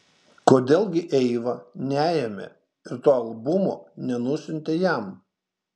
kodėl gi eiva neėmė ir to albumo nenusiuntė jam